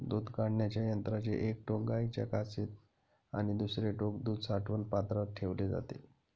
दूध काढण्याच्या यंत्राचे एक टोक गाईच्या कासेत आणि दुसरे टोक दूध साठवण पात्रात ठेवले जाते